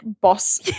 boss